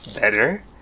better